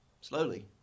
slowly